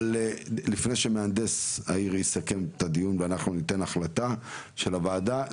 אבל לפני שמהנדס העיר יסכם את הדיון ואנחנו ניתן החלטה של הוועדה,